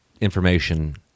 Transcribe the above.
information